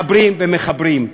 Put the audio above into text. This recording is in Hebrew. מחברים ומחברים.